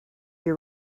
your